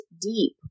deep